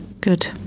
Good